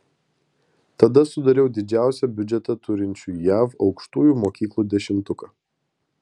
tada sudariau didžiausią biudžetą turinčių jav aukštųjų mokyklų dešimtuką